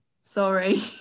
Sorry